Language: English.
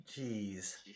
jeez